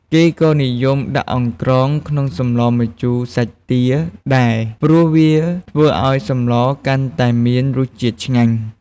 គេក៏និយមដាក់អង្រ្កងក្នុងសម្លម្ជូរសាច់ទាដែរ ព្រោះវាធ្វើឱ្យសម្លកាន់តែមានរសជាតិឆ្ងាញ់។